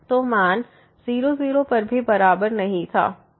तो मान 0 0 पर बराबर नहीं था